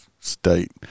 state